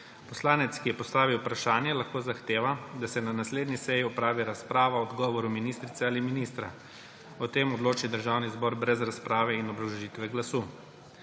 Poslanec, ki je postavil vprašanje, lahko zahteva, da se na naslednji seji opravi razprava o odgovoru ministrice ali ministra. O tem odloči Državni zbor brez razprave in obrazložitve glasu.